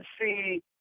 see